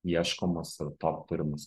ieškomus ir top turimus